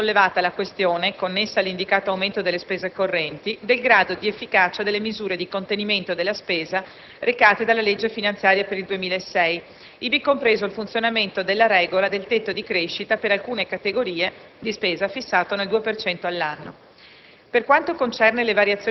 Merita inoltre di essere sollevata la questione, connessa all'indicato aumento delle spese correnti, del grado di efficacia delle misure di contenimento della spesa recate dalla legge finanziaria per il 2006, ivi compreso il funzionamento della regola del tetto di crescita per alcune categorie di spesa, fissato nel 2 per cento